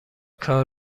کار